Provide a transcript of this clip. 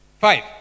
Five